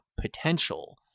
potential